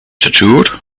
tattooed